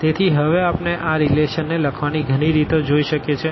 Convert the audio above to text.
તેથી હવે આપણે આ રીલેશનને લખવાની ઘણી રીતો રાખી શકીએ છીએ